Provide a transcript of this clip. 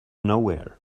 nowhere